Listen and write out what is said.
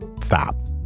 Stop